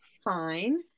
fine